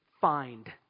find